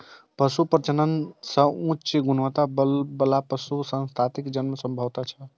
पशु प्रजनन सं उच्च गुणवत्ता बला पशु संततिक जन्म संभव छै